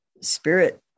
spirit